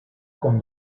con